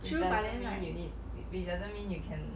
true but then like